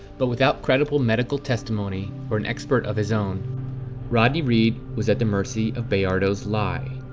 but without credible medical testimony or an expert of his own rodney reed was at the mercy of bayardo's lie.